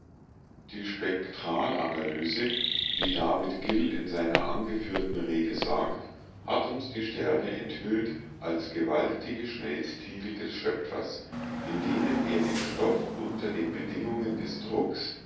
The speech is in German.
die spektralanalyse wie david gill in seiner angeführten rede sagt hat uns die sterne enthüllt als gewaltige schmelztiegel des schöpfers in denen er den stoff unter den bedingungen des drucks